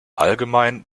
allgemein